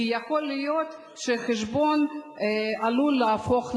כי יכול להיות שהחשבון עלול להפוך למוגבל.